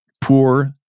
poor